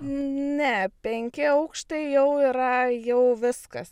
ne penki aukštai jau yra jau viskas